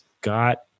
got